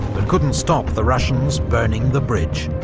but couldn't stop the russians burning the bridge.